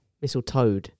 Mistletoe